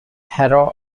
herod